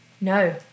No